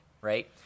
right